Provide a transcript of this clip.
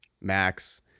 Max